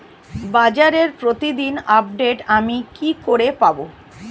বাজারের প্রতিদিন আপডেট আমি কি করে পাবো?